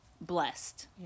blessed